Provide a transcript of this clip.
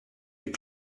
les